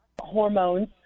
hormones